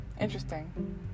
interesting